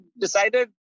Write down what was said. decided